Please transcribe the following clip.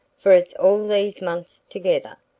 for it's all these months together,